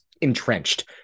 entrenched